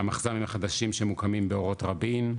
המחסנים החדשים שמוקמים באורות רבין,